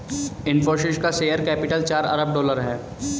इनफ़ोसिस का share capital चार अरब डॉलर है